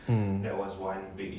mm